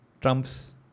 trumps